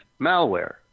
malware